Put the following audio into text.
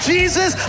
Jesus